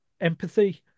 empathy